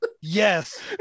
Yes